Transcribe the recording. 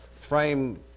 frame